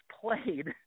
played